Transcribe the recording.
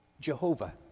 Jehovah